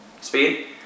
speed